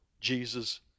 Jesus